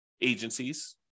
agencies